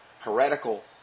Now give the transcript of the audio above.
heretical